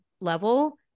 level